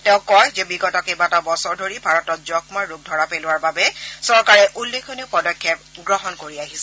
তেওঁ কয় যে বিগত কেইবাটাও বছৰ ধৰি ভাৰতত যক্ষ্মা ৰোগ ধৰা পেলোৱাৰ বাবে চৰকাৰে উল্লেখনীয় পদক্ষেপ গ্ৰহণ কৰি আহিছে